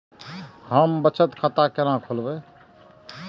हम बचत खाता केना खोलैब?